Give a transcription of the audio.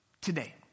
today